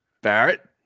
Barrett